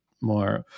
more